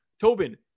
Tobin